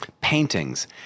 paintings